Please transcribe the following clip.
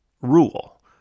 rule